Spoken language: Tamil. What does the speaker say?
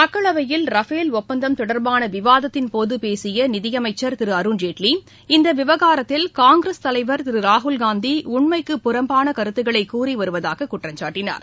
மக்களவையில் ரஃபேல் ஒப்பந்தம் தொடர்பான விவாதத்தின்போது பேசிய நிதியமைச்சர் திரு அருண்ஜேட்லி இந்த விவகாரத்தில் காங்கிரஸ் தலைவர் திரு ராகுல்காந்தி உண்மைக்கு புறம்பான கருத்துக்களை கூறிவருவதாக குற்றம் சாட்டினார்